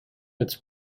its